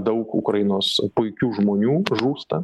daug ukrainos puikių žmonių žūsta